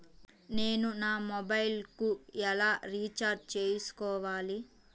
నేను నా మొబైల్కు ఎలా రీఛార్జ్ చేసుకోవాలి?